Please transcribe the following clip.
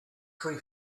three